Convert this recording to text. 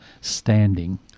standing